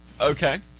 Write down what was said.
Okay